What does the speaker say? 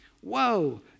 Whoa